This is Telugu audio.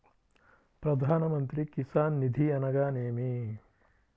ప్రధాన మంత్రి కిసాన్ నిధి అనగా నేమి?